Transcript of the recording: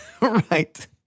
Right